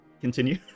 continue